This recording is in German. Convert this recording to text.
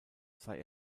sei